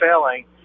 failing